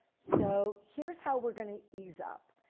so here is how we are going to ease up.